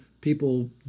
People